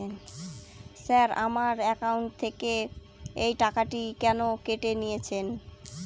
Sir আমার account থেকে এই টাকাটি কেন কেটে নিয়েছেন?